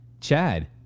Chad